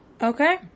Okay